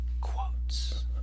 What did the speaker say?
quotes